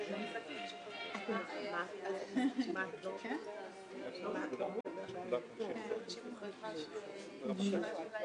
רמת השכר שהיא מקבלת היא